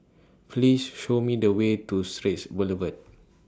Please Show Me The Way to Straits Boulevard